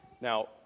Now